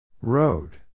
Road